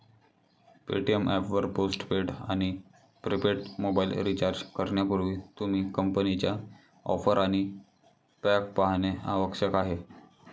Paytm app वर post paid आणि prepaid mobile recharge करण्यापूर्वी, तुम्ही कंपनीच्या ऑफर आणि पॅक पाहणे आवश्यक आहे